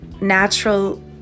natural